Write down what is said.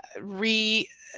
ah re.